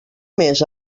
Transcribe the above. més